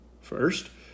First